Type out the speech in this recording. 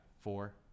Four